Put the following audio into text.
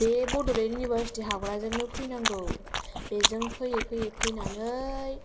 बे बड'लेण्ड इउनिभारसिटि थांग्राजोंनो फैनांगौ बेजों फैयै फैयै फैनानै